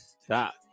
Stop